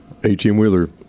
18-wheeler